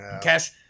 Cash